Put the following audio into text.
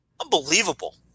Unbelievable